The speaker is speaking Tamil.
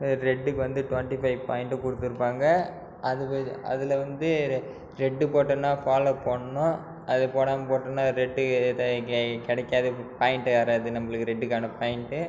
ரெட்க்கு வந்து டுவென்ட்டி ஃபைவ் பாயிண்ட்டும் கொடுத்துருப்பாங்க அதுவே அதில் வந்து ரெட் போட்டோம்னால் ஃபாலோ போடணும் அது போடாமல் போட்டோம்னால் ரெட் கிடைக்காது பாயிண்ட் வராது நம்மளுக்கு ரெட்டுக்கான பாயிண்ட்டு